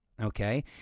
okay